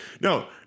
No